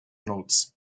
notes